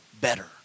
better